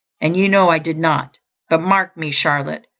and you know i did not but mark me, charlotte,